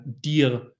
dir